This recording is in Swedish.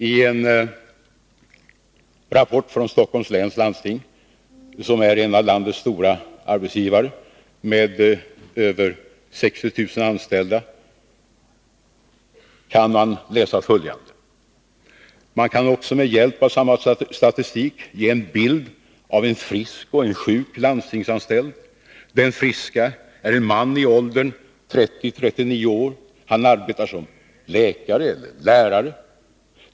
I en rapport från Stockholms läns landsting, som är en av landets stora arbetsgivare med över 60 000 anställda, kan man läsa följande: ”Man kan också med hjälp av samma statistik ge en bild av en frisk och en sjuk landstingsanställd. Den friska är en man i åldern 30-39 år. Han arbetar som läkare eller lärare.